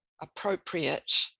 appropriate